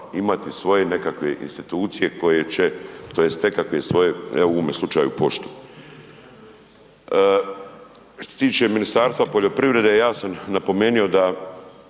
imati svoje nekakve institucije koje će tj. nekakve svoje, evo u ovome slučaju poštu. Što se tiče Ministarstva poljoprivrede ja sam napomenuo da